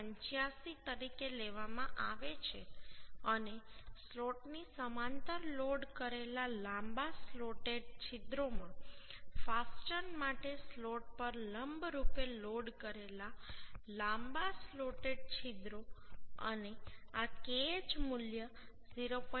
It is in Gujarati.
85 તરીકે લેવામાં આવે છે અને સ્લોટની સમાંતર લોડ કરેલા લાંબા સ્લોટેડ છિદ્રોમાં ફાસ્ટનર્સ માટે સ્લોટ પર લંબરૂપ લોડ કરેલા લાંબા સ્લોટેડ છિદ્રો અને આ Kh મૂલ્ય 0